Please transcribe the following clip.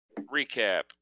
Recap